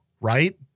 right